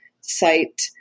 site